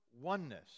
oneness